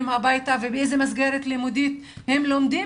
הביתה ובאיזו מסגרת לימודית הם לומדים,